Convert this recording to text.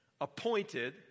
appointed